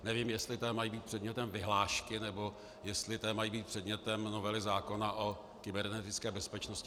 Nevím, jestli tedy mají být předmětem vyhlášky, nebo jestli mají být předmětem novely zákona o kybernetické bezpečnosti.